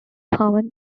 common